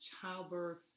childbirth